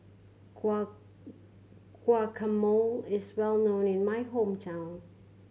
guacamole is well known in my hometown